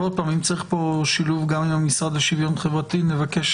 אם צריך פה שילוב גם עם המשרד לשוויון חברתי, נבקש